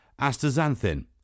astaxanthin